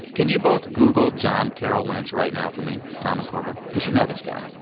can you both google john carroll lynch right now for me tom and korva? because you know this guy